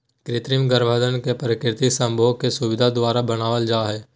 कृत्रिम गर्भाधान या प्राकृतिक संभोग की सुविधा द्वारा बनाबल जा हइ